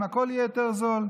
שהכול יהיה יותר זול,